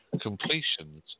completions